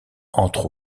entre